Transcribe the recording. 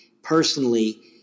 personally